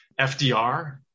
FDR